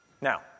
Now